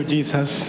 Jesus